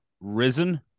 risen